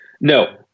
No